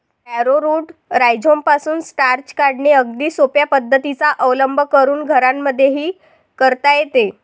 arrowroot राईझोमपासून starch काढणे अगदी सोप्या पद्धतीचा अवलंब करून घरांमध्येही करता येते